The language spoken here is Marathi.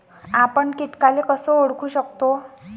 आपन कीटकाले कस ओळखू शकतो?